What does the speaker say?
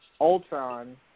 Ultron